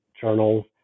journals